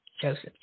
Joseph